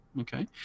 okay